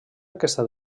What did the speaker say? aquesta